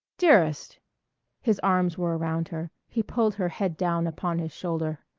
dearest his arms were around her he pulled her head down upon his shoulder.